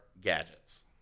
gadgets